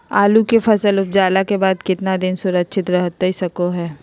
आलू के फसल उपजला के बाद कितना दिन सुरक्षित रहतई सको हय?